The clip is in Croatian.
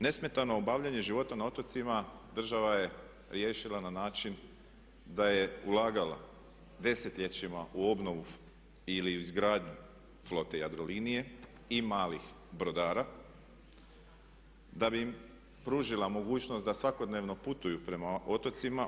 Nesmetano obavljanje života na otocima država je riješila na način da je ulagala desetljećima u obnovu ili u izgradnju flote Jadrolinije i malih brodara da bi im pružila mogućnost da svakodnevno putuju prema otocima.